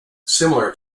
similar